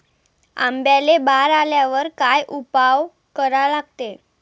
आंब्याले बार आल्यावर काय उपाव करा लागते?